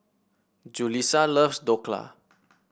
Julissa loves Dhokla